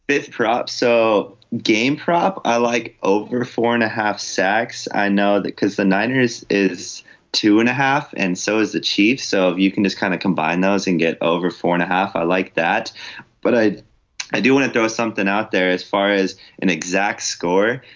this crop so game prop. i like oh you're four and a half sacks. i know that because the niners is two and a half and so is achieved so you can just kind of combine those and get over four and a half. i like that but i i do want to throw something out there as far as an exact score